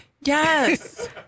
Yes